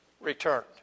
returned